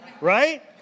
right